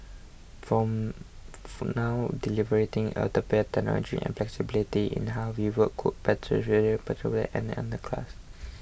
from for now delivering utopia technology and flexibility in how we work could potentially perpetuate an underclass